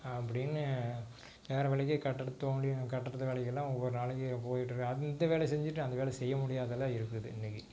அப்படின்னு வேறு வேலைக்கு கட்டடத் தோண்டி கட்டடத்து வேலைக்கெல்லாம் ஒவ்வொரு நாளைக்கு போய்ட்ருக்கேன் அந்த வேலையை செஞ்சுட்டு அந்த வேலைய செய்ய முடியாதெல்லாம் இருக்குது இன்னைக்கு